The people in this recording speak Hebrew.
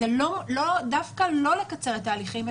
שזה דווקא לא לקצר את ההליכים,